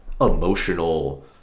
emotional